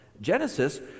Genesis